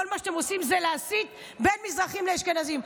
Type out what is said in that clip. כל מה שאתם עושים זה להסית בין מזרחים לבין אשכנזים.